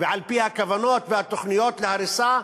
ועל-פי הכוונות והתוכניות, להריסה.